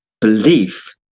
belief